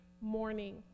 morning